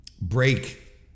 break